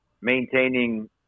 maintaining